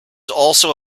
also